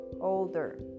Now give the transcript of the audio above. older